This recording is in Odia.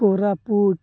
କୋରାପୁଟ